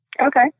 Okay